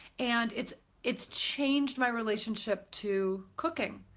and it's it's changed my relationship to cooking.